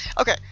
Okay